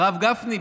הרב גפני,